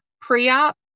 pre-op